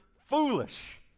foolish